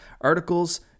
articles